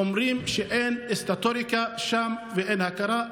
אומרים שאין סטטוטוריקה שם ואין הכרה.